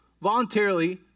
voluntarily